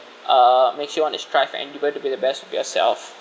uh makes you want to strive and you're going to be the best of yourself